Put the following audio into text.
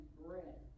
bread